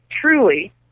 truly